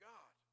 God